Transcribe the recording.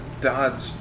dodge